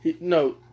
no